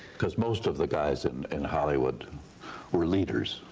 because most of the guys and in hollywood were leaders,